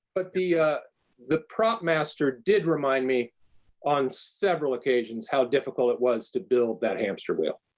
but the the prop master did remind me on several occasions how difficult it was to build that hamster wheel.